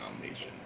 nomination